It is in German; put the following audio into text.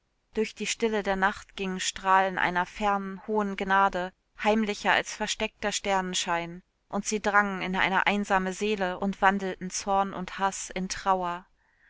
durch die stille der nacht gingen strahlen einer fernen hohen gnade heimlicher als versteckter sternenschein und sie drangen in eine einsame seele und wandelten zorn und haß in trauer